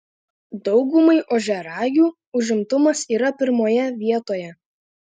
daugumai ožiaragių užimtumas yra pirmoje vietoje